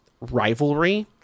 rivalry